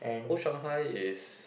oh Shanghai is